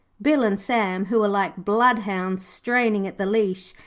bill and sam, who were like bloodhounds straining at the leash,